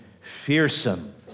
fearsome